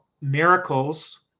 miracles